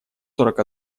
сорок